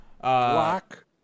Block